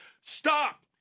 Stop